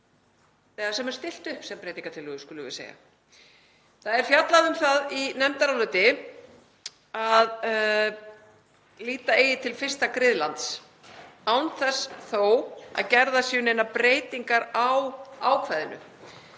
eða sem er stillt upp sem breytingartillögum, skulum við segja. Það er fjallað um það í nefndaráliti að líta eigi til fyrsta griðlands án þess þó að gerðar séu neinar breytingar á ákvæðinu.